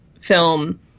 film